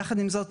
יחד עם זאת,